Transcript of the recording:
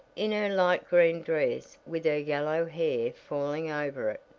in her light green dress with her yellow hair falling over it.